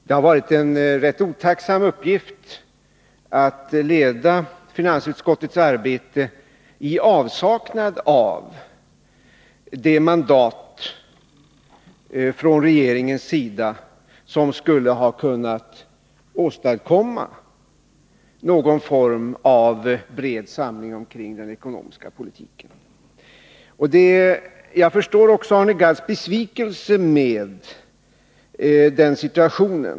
Det har varit en rätt otacksam uppgift att leda finansutskottets arbete i avsaknad av det mandat från regeringens sida som skulle ha kunnat åstadkomma någon form av bred samling kring den ekonomiska politiken. Jag förstår också Arne Gadds besvikelse över denna situation.